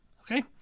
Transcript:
Okay